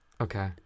Okay